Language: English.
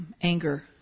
anger